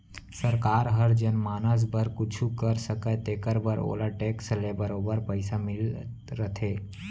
सरकार हर जनमानस बर कुछु कर सकय तेकर बर ओला टेक्स ले बरोबर पइसा मिलत रथे